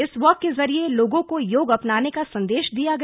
इस वॉक के जरिए लोगों को योग अपनाने का संदेश दिया गया